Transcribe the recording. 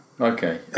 Okay